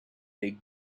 big